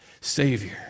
savior